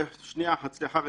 שנייה אחת, סליחה.